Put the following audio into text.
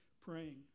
praying